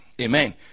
amen